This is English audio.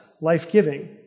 life-giving